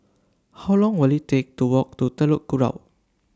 How Long Will IT Take to Walk to Telok Kurau